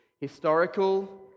historical